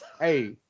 Hey